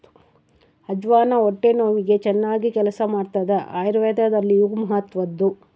ಅಜ್ವಾನ ಹೊಟ್ಟೆ ನೋವಿಗೆ ಚನ್ನಾಗಿ ಕೆಲಸ ಮಾಡ್ತಾದ ಆಯುರ್ವೇದದಲ್ಲಿಯೂ ಮಹತ್ವದ್ದು